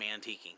antiquing